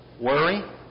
Worry